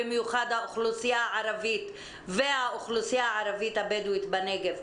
במיוחד האוכלוסייה הערבית והאוכלוסייה הערבית הבדואית בנגב,